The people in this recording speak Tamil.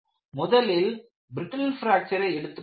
முதலில் பிரிட்டில் பிராக்ச்சரை எடுத்துக்கொண்டோம்